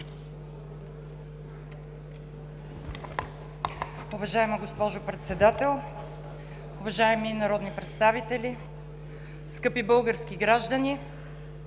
Уважаема госпожо Председател, уважаеми народни представители, скъпи български граждани!